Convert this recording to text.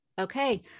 Okay